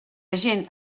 gent